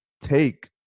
take